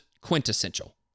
quintessential